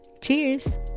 Cheers